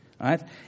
right